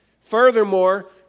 Furthermore